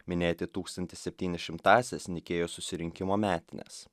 minėti tūkstantis septynišimtąsias nikėjos susirinkimo metines